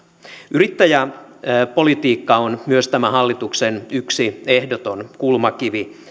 yrittäjäpolitiikka on myös tämän hallituksen yksi ehdoton kulmakivi